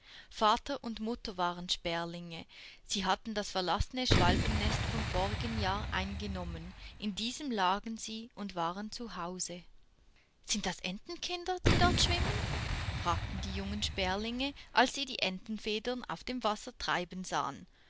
vater und mutter waren sperlinge sie hatten das verlassene schwalbennest vom vorigen jahre eingenommen in diesem lagen sie und waren zu hause sind das entenkinder die dort schwimmen fragten die jungen sperlinge als sie die entenfedern auf dem wasser treiben sahen